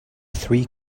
three